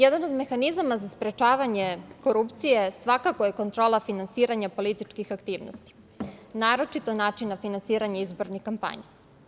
Jedan od mehanizama za sprečavanje korupcije svakako je kontrola finansiranja političkih aktivnosti, naročito načina finansiranja izbornih kampanja.